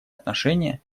отношения